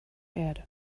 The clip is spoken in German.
erde